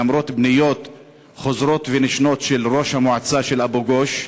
למרות פניות חוזרות ונשנות של ראש המועצה של אבו-גוש.